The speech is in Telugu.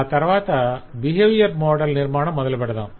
ఆ తరవాత బిహేవియర్ మోడల్ నిర్మాణం మొదలు పెడతాం